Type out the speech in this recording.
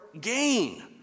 gain